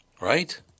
Right